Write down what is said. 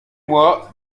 moi